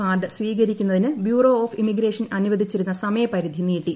card സ്വീകരിക്കുന്നതിന് bureau of immigration അനുവദിച്ചിരുന്ന സമയപരിധി നീട്ടി